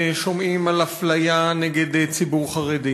שומעים על אפליה נגד ציבור חרדי,